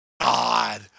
god